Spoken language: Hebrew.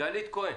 גלית כהן,